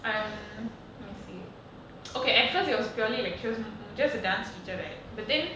um let me see okay at first it was purely lectures just a dance teacher right but then